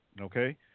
okay